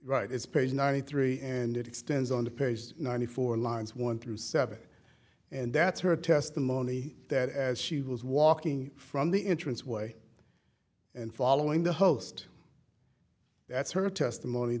right is page ninety three and it extends on the page ninety four lines one through seven and that's her testimony that as she was walking from the entrance way and following the host that's her testimony